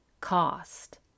cost